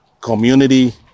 community